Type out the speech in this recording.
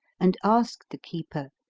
and asked the keeper,